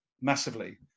massively